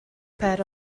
pad